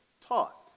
taught